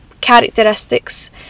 characteristics